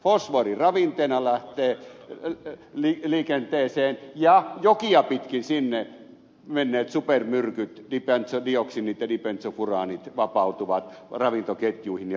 fosfori ravinteena lähtee liikenteeseen ja jokia pitkin sinne menneet supermyrkyt dibentsodioksiinit ja dibentsofuraanit vapautuvat ravintoketjuihin ja verkkoihin